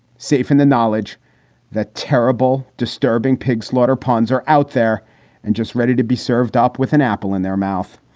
safe in the knowledge that terrible, disturbing pig slaughter puns are out there and just ready to be served up with an apple in their mouth.